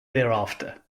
thereafter